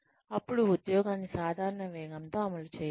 అప్పుడు ఉద్యోగాన్ని సాధారణ వేగంతో అమలు చేయండి